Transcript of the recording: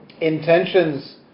intentions